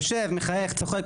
יושב מחייך צוחק,